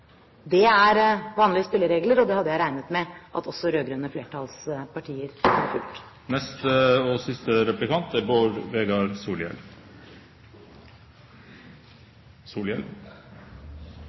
Det er vanlige spilleregler, og dem hadde jeg regnet med at også rød-grønne flertallspartier hadde fulgt. Eg må seie at ut frå reint saklege omsyn, er